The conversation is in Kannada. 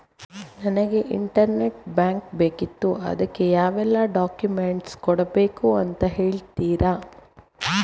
ನನಗೆ ಇಂಟರ್ನೆಟ್ ಬ್ಯಾಂಕ್ ಬೇಕಿತ್ತು ಅದಕ್ಕೆ ಯಾವೆಲ್ಲಾ ಡಾಕ್ಯುಮೆಂಟ್ಸ್ ಕೊಡ್ಬೇಕು ಅಂತ ಹೇಳ್ತಿರಾ?